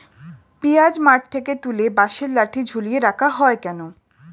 পিঁয়াজ মাঠ থেকে তুলে বাঁশের লাঠি ঝুলিয়ে রাখা হয় কেন?